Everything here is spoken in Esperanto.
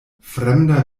fremda